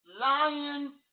lion